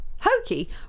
Hokey